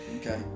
Okay